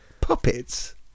puppets